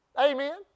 Amen